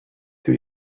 two